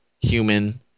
human